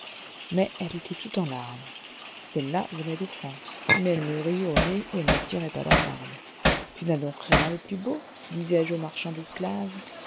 mais elle était tout en larmes celle-là venait de france mais elle me riait au nez et elle me tirait par la barbe tu n'as donc rien de plus beau disais-je au marchand d'esclaves